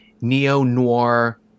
neo-noir